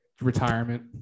retirement